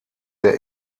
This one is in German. der